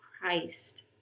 Christ